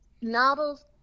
novels